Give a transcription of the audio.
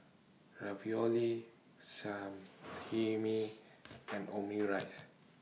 Ravioli Sashimi and Omurice